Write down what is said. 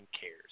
cares